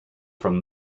from